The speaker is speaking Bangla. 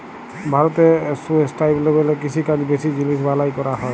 ভারতে সুস্টাইলেবেল কিষিকাজ বেশি জিলিস বালাঁয় ক্যরা হ্যয়